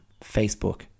facebook